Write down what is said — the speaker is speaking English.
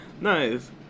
Nice